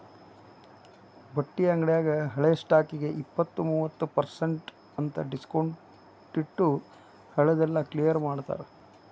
ಬಟ್ಟಿ ಅಂಗ್ಡ್ಯಾಗ ಹಳೆ ಸ್ಟಾಕ್ಗೆ ಇಪ್ಪತ್ತು ಮೂವತ್ ಪರ್ಸೆನ್ಟ್ ಅಂತ್ ಡಿಸ್ಕೊಂಟ್ಟಿಟ್ಟು ಹಳೆ ದೆಲ್ಲಾ ಕ್ಲಿಯರ್ ಮಾಡ್ತಾರ